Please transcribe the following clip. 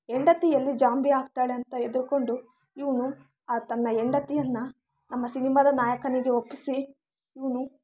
ಹೆಂಡತಿ ಎಲ್ಲಿ ಜಾಂಬಿ ಆಗ್ತಾಳೆ ಅಂತ ಹೆದ್ರ್ಕೊಂಡು ಇವನು ಆ ತನ್ನ ಹೆಂಡತಿಯನ್ನು ನಮ್ಮ ಸಿನಿಮಾದ ನಾಯಕನಿಗೆ ಒಪ್ಪಿಸಿ ಇವನು